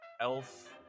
elf